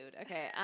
Okay